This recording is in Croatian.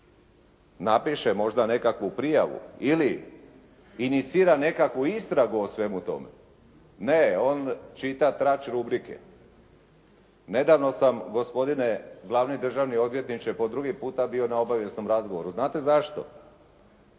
napiše možda nekakvu prijavu ili inicira nekakvu istragu o svemu tome. Ne, on čita trač rubrike. Nedavno sam, gospodine državni odvjetniče po drugi puta bio na obavijesnom razgovoru. Znate zašto?